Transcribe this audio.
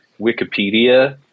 Wikipedia